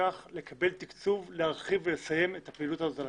כך לקבל תקצוב להרחיב ולסיים את הפעילות הזאת.